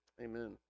Amen